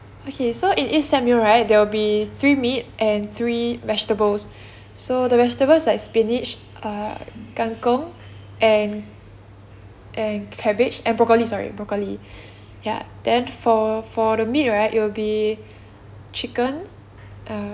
okay so in each set meal right there will be three meat and three vegetables so the vegetables like spinach err kang kong and and cabbage and broccoli sorry broccoli ya then for for the meat right it will be chicken err